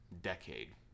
decade